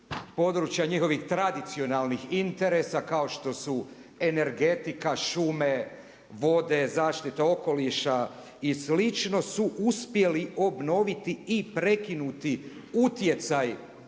područja njihovih tradicionalnih interesa kao što su energetika, šume, vode, zaštita okoliša i sl. su uspjeli obnoviti i prekinuti utjecaj